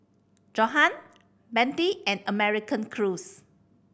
Johan Bentley and American Crew